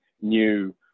new